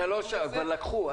אתה לא שם, אבל כבר לקחו.